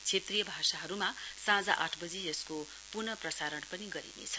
क्षेत्रीय भाषाहरूमा साँझ आठ बजी यसको प्नः प्रसारण पनि गर्नेछ